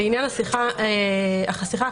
לעניין השיחה החסויה,